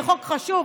זה חוק חשוב,